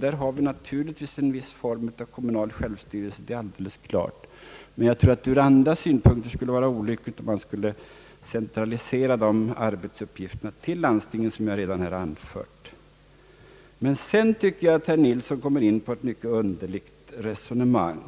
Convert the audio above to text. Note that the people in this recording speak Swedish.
Där har vi naturligtvis kommunal självstyrelse, men jag tror att det ur andra synpunkter skulle vara olyckligt om man skulle centralisera dessa arbetsuppgifter till landstingen, vilket jag redan sagt. Sedan tycker jag att herr Nilsson kommer in på ett mycket underligt resonemang.